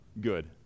Good